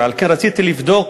ועל כן רציתי לבדוק